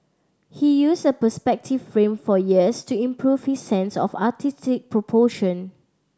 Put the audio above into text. he used a perspective frame for years to improve his sense of artistic proportion